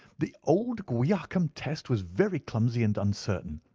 the old guiacum test was very clumsy and uncertain.